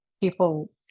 people